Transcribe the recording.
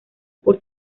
por